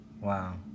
Wow